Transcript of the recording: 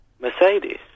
Mercedes